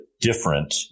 different